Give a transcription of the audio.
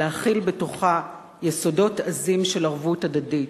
להכיל בתוכה יסודות עזים של ערבות הדדית,